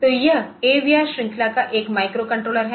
तो यह AVR श्रृंखला का एक माइक्रोकंट्रोलर है